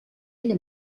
ella